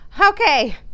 okay